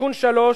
תיקון 3,